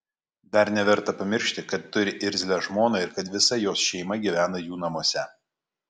dar neverta pamiršti kad turi irzlią žmoną ir kad visa jos šeima gyvena jų namuose